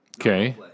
Okay